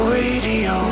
Radio